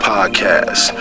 Podcast